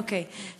אוקיי.